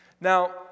Now